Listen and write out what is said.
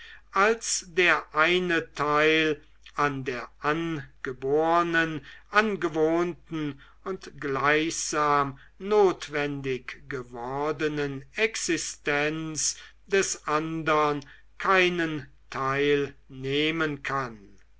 als der eine teil an der angebornen angewohnten und gleichsam notwendig gewordenen existenz des andern keinen teil nehmen kann